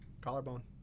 collarbone